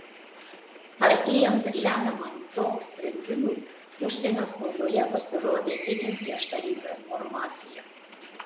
artėjant lemiamam tok sprendimui užsienio spaudoje pasirodė itin prieštaringa informacija